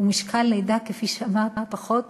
ומשקל לידה, כפי שאמרת, פחות